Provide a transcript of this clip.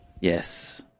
Yes